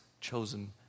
chosen